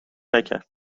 نکرد